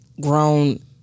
grown